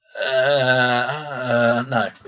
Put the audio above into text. No